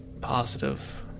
Positive